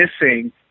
missing